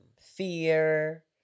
fear